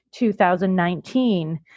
2019